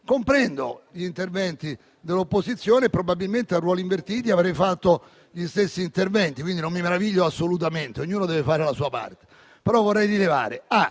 Comprendo gli interventi dell'opposizione, probabilmente a ruoli invertiti avrei fatto gli stessi interventi, quindi non mi meraviglio assolutamente, ognuno deve fare la sua parte.